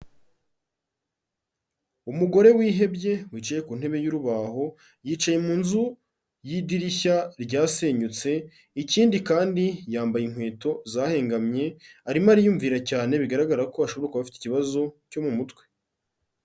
Umugore wihebye wicaye ku ntebe y'urubaho, yicaye mu nzu y'idirishya ryasenyutse, ikindi kandi yambaye inkweto zahengamye, arimo ariyumvira cyane bigaragara ko ashobora kuba afite ikibazo cyo mu mutwe.